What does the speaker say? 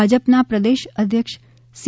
ભાજપના પ્રદેશ અધ્યક્ષ સી